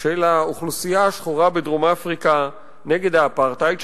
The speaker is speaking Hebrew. של האוכלוסייה השחורה בדרום-אפריקה נגד האפרטהייד,